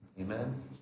Amen